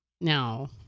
Now